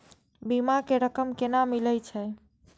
बीमा के रकम केना मिले छै?